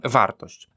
wartość